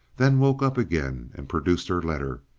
then woke up again and produced her letter.